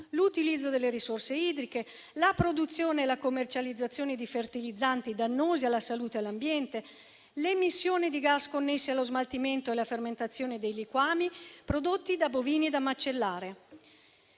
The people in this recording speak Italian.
l'utilizzo delle risorse idriche, la produzione e la commercializzazione di fertilizzanti dannosi alla salute e all'ambiente, le emissioni di gas connessi allo smaltimento e alla fermentazione dei liquami prodotti dai bovini da macellare.